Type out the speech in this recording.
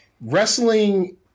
wrestling